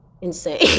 insane